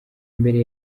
mbere